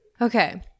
Okay